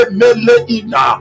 meleina